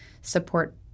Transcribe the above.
support